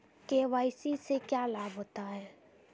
KYC से क्या लाभ होता है?